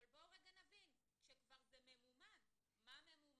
אבל בואו רגע נבין כשכבר זה ממומן מה ממומן,